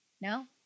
no